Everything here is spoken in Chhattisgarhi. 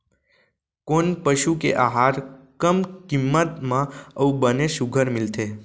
कोन पसु के आहार कम किम्मत म अऊ बने सुघ्घर मिलथे?